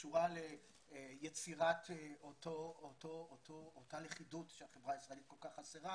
שקשורה ליצירת אותה לכידות שהחברה הישראלית כל כך חסרה,